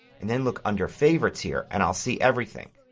and then look under favorites here and i'll see everything.